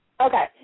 Okay